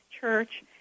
church